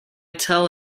tell